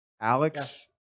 Alex